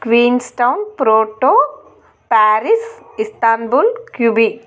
క్వీన్స్ట్రాంగ్ ప్రోటో Paris Istanbul QB